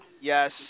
yes